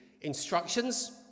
instructions